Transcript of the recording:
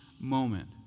moment